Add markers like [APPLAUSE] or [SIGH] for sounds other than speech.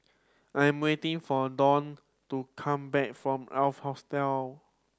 I'm waiting for Donal to come back from [UNINTELLIGIBLE] Hostel